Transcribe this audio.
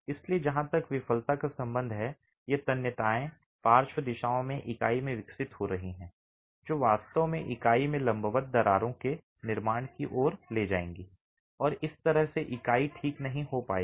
इसलिए जहां तक विफलता का संबंध है ये तन्यताएं पार्श्व दिशाओं में इकाई में विकसित हो रही हैं जो वास्तव में इकाई में लंबवत दरारों के निर्माण की ओर ले जाएंगी और इस तरह इकाई ठीक नहीं हो पाएगी